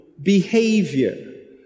behavior